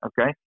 okay